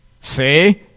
See